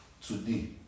today